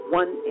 one